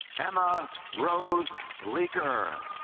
emma rose leaker